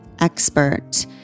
expert